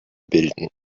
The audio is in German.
bilden